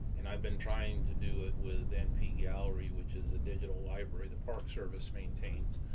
and i've been trying to do it with np gallery, which is a digital library the park service maintains.